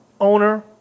owner